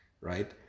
right